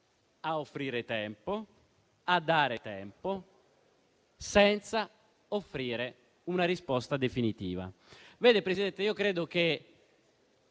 a offrire tempo, a dare tempo, senza dare una risposta definitiva. Vede, Presidente, io credo che